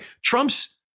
Trump's